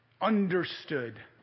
understood